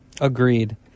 agreed